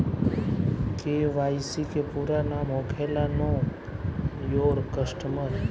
KYC के पूरा नाम होखेला नो योर कस्टमर